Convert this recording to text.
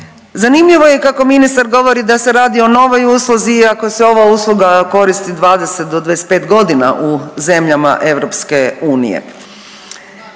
Zanimljivo je kako ministar govori da se radi o novoj usluzi iako se ova usluga koristi 20 do 25 godina u zemljama EU. Podsjetit